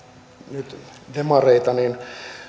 nyt demareita niin